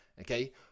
Okay